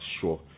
sure